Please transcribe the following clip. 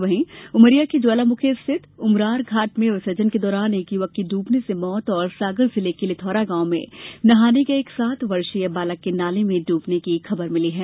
वहीं उमरिया के ज्वालामुखी स्थित उमरार घाट में विसर्जन के दौरान एक युवक की डूबने से मौत और सागर जिले के लिथौरा गांव में नहाने गये एक सात वर्षीय बालक के नाले में ड्रबने की खबर है